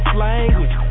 language